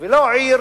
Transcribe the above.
ולא עיר